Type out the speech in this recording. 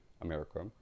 America